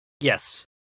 Yes